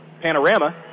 Panorama